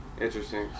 Interesting